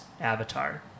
avatar